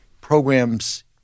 programs